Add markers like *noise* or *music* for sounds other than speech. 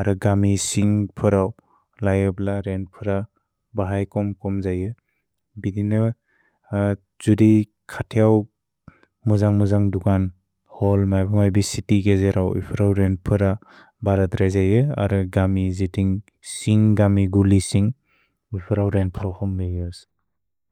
अ गमि सिन्ग् फ्र लयप्ल रेन्त् फ्र बहए कोन्ग् कोन्ग् ṭहये। भिदिनेव *hesitation* छुदि खतिऔ मोजन्ग्-मोजन्ग् दुकन् होल् मै भि सिति गेजेरौ इफ्रौ रेन्त् फ्र बर त्रै ṭहये। अ गमि जितिन्ग् सिन्ग् गमि गुलि सिन्ग् इफ्रौ रेन्त् फ्र कोन्ग् मे योस्।